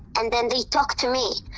and then they talk to me.